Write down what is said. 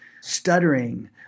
stuttering